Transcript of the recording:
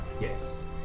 Yes